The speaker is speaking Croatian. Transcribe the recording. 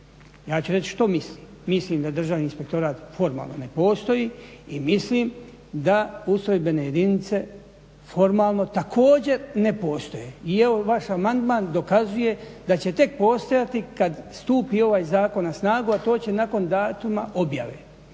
Ja ću reći što mislim. Mislim da Državni inspektorat formalno ne postoji i mislim da ustrojbene jedinice formalno također ne postoje. I evo vaš amandman dokazuje da će tek postojati kad stupi ovaj zakon na snagu, a to će nakon datuma objave,